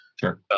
Sure